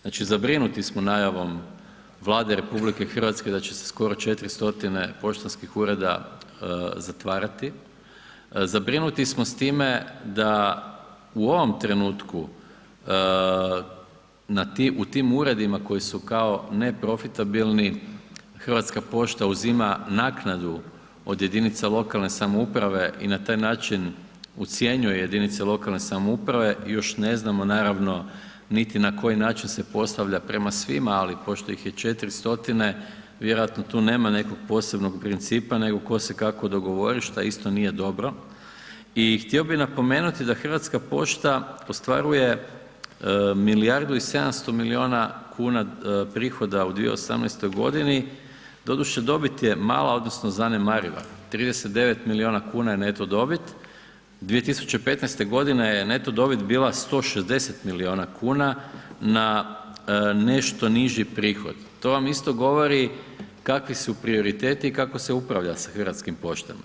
Znači, zabrinuti smo najavom Vlade RH da će se skoro 400 poštanskih ureda zatvarati, zabrinuti smo s time da u ovom trenutku u tim uredima koji su kao neprofitabilni Hrvatska pošta uzima naknadu od jedinica lokalne samouprave i na taj način ucjenjuje jedinice lokalne samouprave, još ne znamo naravno niti na koji način se postavlja prema svima, ali pošto ih je 400 vjerojatno tu nema nekog posebnog principa nego tko se kako dogovori šta isto nije dobro i htio bi napomenuti da Hrvatska pošta ostvaruje milijardu i 700 milijuna kuna prihoda u 2018.g., doduše dobit je mala odnosno zanemariva, 39 milijuna kuna je neto dobit, 2015.g. je neto dobit bila 160 milijuna kuna na nešto niži prihod, to vam isto govori kakvi su prioriteti i kako se upravlja sa Hrvatskim poštama.